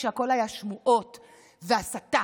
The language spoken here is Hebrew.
כשהכול היה שמועות והסתה,